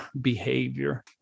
behavior